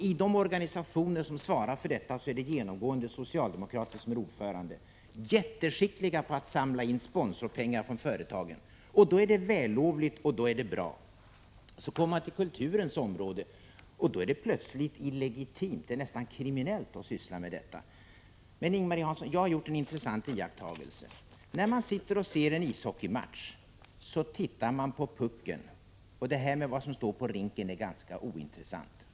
I de organisationer som svarar för detta är det genomgående socialdemokrater som är ordförande, och de är jätteskickliga på att samla in sponsorpengar från företagen. Då är det vällovligt och bra. Så kommer man till kulturens område, och då är det plötsligt illegitimt, nästan kriminellt, att syssla med sådant här. Jag har gjort en intressant iakttagelse, Ing-Marie Hansson. När man sitter och ser en ishockeymatch så tittar man på pucken — det som står på rinken är ganska ointressant.